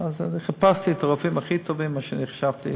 אז חיפשתי את הרופאים הכי טובים, מה שחשבתי,